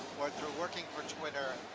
or through working for twitter,